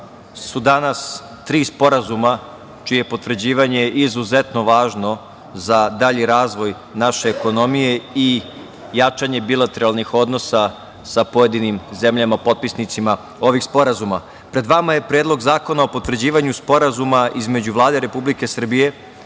su danas tri sporazuma čije potvrđivanje je izuzetno važno za dalji razvoj naše ekonomije i jačanje bilateralnih odnosa sa pojedinim zemljama, potpisnicima ovih sporazuma. Pred vama je Predlog zakona o potvrđivanju Sporazuma između Vlade Republike Srbije